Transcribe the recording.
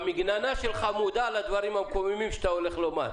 במגננה שלך מודע לדברים המקוממים שאתה הולך לומר.